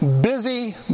busy